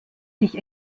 sich